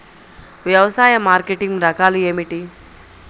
వ్యవసాయ మార్కెటింగ్ రకాలు ఏమిటి?